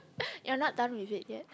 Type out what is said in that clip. you are not done with it yet